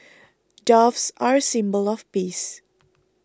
doves are a symbol of peace